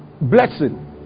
blessing